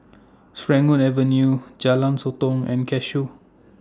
Serangoon Avenue Jalan Sotong and Cashew